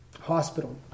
hospital